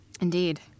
Indeed